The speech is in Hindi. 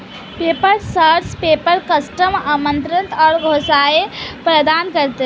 पेपर सोर्स पेपर, कस्टम आमंत्रण और घोषणाएं प्रदान करता है